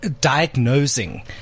diagnosing